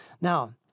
Now